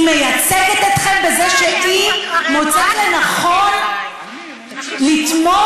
היא מייצגת אתכם בזה שהיא מוצאת לנכון לתמוך,